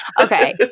Okay